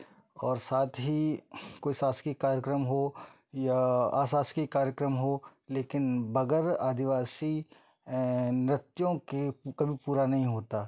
और साथ ही कोई शासकीय कार्यक्रम हो या अशासकीय कार्यक्रम हो लेकिन बगैर आदिवासी नृत्यों के कभी पूरा नहीं होता